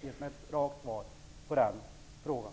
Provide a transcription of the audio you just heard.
givit mig ett rakt svar på den frågan.